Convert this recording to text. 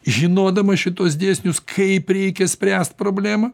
žinodamas šituos dėsnius kaip reikia spręst problemą